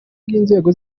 bw’inzego